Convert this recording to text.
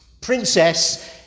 Princess